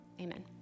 Amen